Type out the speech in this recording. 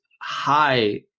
high